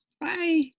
Bye